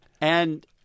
and-